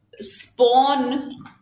spawn